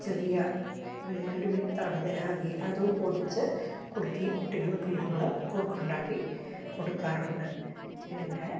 ചെറിയ ഒരു വിത്താണത് റാഗി അതും പൊടിച്ച് കുറുക്കി കുട്ടികള്ക്ക് ഞങ്ങൾ കുറുക്കുണ്ടാക്കി കൊടുക്കാറുണ്ട് പിന്നെ